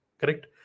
Correct